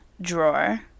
drawer